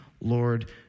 Lord